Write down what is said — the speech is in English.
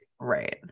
right